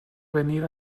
venir